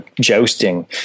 jousting